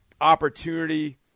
opportunity